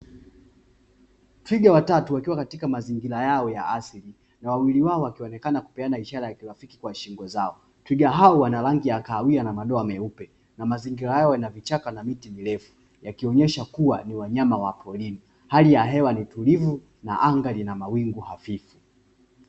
Twiga watatu wakiwa katika mazingira yao ya asili na wawili wao wakionekana kupeana ishara zao twiga hao wana rangi ya kahawia na madoa meupe na mazingira yao yanakuchaka na miti mirefu yakionyesha kuwa ni wanyama wa porini, hali ya hewa ni utulivu na anga lina mawingu hafifu.